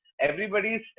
everybody's